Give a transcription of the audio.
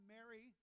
Mary